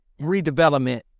redevelopment